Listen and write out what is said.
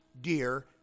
dear